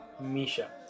Misha